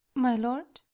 my lord?